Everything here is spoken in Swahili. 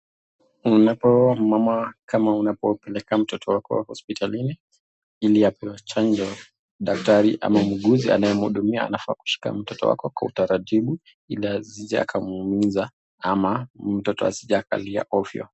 Unapo mama kama unavyopeleka mtoto wako hospitalini ili apewe chanjo daktari ama muuguzi anayemhudumia anafaa kushika mtoto wako kwa utaratibu ili asije akamuumiza ama mtoto asije akalia ovyo.